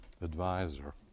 advisor